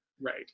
Right